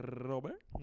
Robert